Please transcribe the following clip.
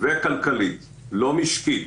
ו"כלכלית", לא "משקית".